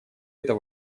это